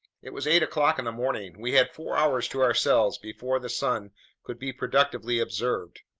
it was eight o'clock in the morning. we had four hours to ourselves before the sun could be productively observed.